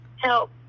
help